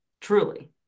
Truly